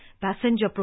passenger